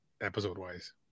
episode-wise